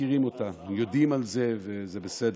מכירים אותה, יודעים על זה, וזה בסדר,